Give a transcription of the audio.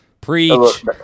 preach